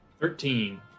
thirteen